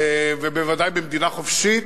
ובוודאי במדינה חופשית.